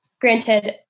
Granted